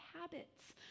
habits